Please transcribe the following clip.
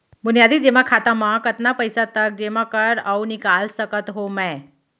बुनियादी जेमा खाता म कतना पइसा तक जेमा कर अऊ निकाल सकत हो मैं?